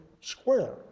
square